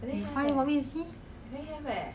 you find for me to see